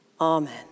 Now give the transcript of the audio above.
Amen